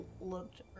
looked